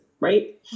Right